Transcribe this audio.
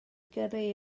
gyrru